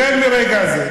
החל מרגע זה,